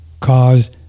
cause